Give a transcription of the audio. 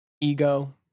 ego